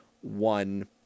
one